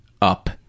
up